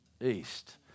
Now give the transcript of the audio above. east